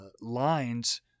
lines